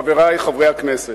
חברי חברי הכנסת,